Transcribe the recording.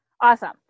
Awesome